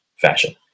fashion